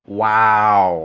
wow